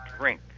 drink